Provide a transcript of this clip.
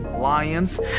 Lions